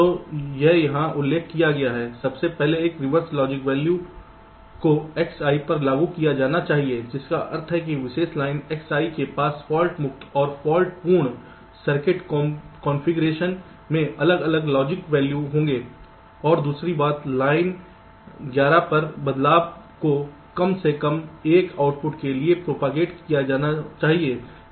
तो यह यहाँ उल्लेख किया गया है सबसे पहले एक रिवर्स लॉजिक मान को Xi पर लागू किया जाना चाहिए जिसका अर्थ है कि विशेष लाइन Xi के पास फाल्ट मुक्त और फाल्ट पूर्ण सर्किट कॉन्फ़िगरेशन में अलग अलग लॉजिक वैल्यू होंगे और दूसरी बात लाइन ग्यारह पर बदलाव को कम से कम 1 आउटपुट के लिए प्रोपागेट किया जाना चाहिए